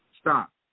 Stop